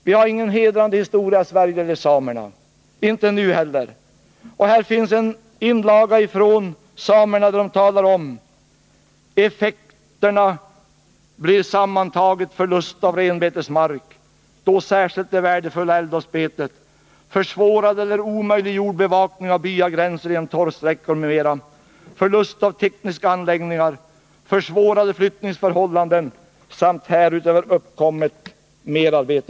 Vi har ingen hedrande historia i Sverige när det gäller samerna.I = Sölvbackaströmen inlaga talar samerna om att effekterna av en utbyggnad sammantaget blir — marna förlust av renbetesmark, särskilt det värdefulla älvdalsbetet, försvårad eller omöjliggjord bevakning av byagränser, förlust av tekniska anläggningar, försvårade flyttningsförhållanden samt härigenom uppkommet merarbete.